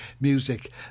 music